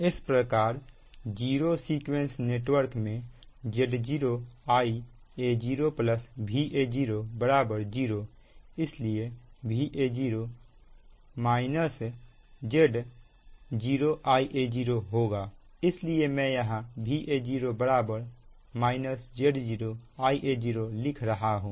इसी प्रकार zero sequence network में Z0 Ia0 Va0 0 इसलिए Va0 Z0 Ia0 होगा इसलिए मैं यहां Va0 Z0 Ia0 लिख रहा हूं